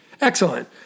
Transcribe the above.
Excellent